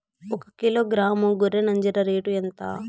ఒకకిలో గ్రాము గొర్రె నంజర రేటు ఎంత?